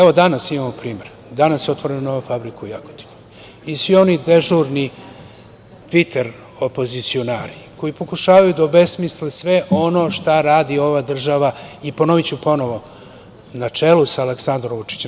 Evo danas imamo primer, danas je otvorena nova fabrika u Jagodini i svi oni dežurni „tviter“ opozicionari koji pokušavaju da obesmisle sve ono što radi ova država, i ponoviću ponovo, na čelu sa Aleksandrom Vučićem.